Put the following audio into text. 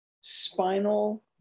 spinal